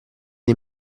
dei